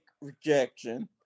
rejection